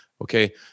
Okay